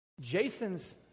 Jason's